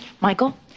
Michael